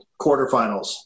quarterfinals